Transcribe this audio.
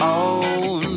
own